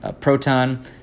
proton